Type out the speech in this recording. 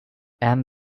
and